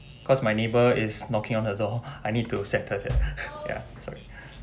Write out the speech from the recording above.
cause my neighbor is knocking on the door I need to settle that ya sorry